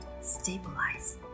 stabilize